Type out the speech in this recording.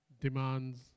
Demands